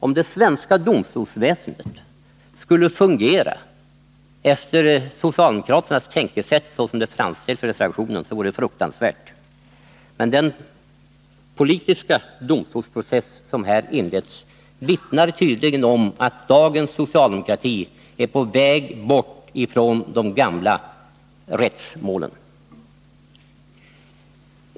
Om det svenska domstolsväsendet skulle fungera efter socialdemokraternas tänkesätt såsom det framställs i reservationen, vore det fruktansvärt. Men den politiska domstolsprocess som här inleds vittnar tydligen om att dagens socialdemokrati är på väg bort från de gamla rättsmålen.